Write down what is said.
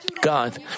God